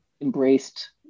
embraced